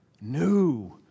New